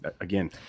Again